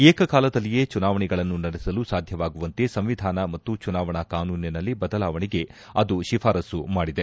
ಏಕ ಕಾಲದಲ್ಲಿಯೇ ಚುನಾವಣೆಗಳನ್ನು ನಡೆಸಲು ಸಾಧ್ಯವಾಗುವಂತೆ ಸಂವಿಧಾನ ಮತ್ತು ಚುನಾವಣಾ ಕಾನೂನಿನಲ್ಲಿ ಬದಲಾವಣೆಗೆ ಅದು ಶಿಫಾರಸ್ಲು ಮಾಡಿದೆ